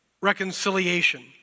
reconciliation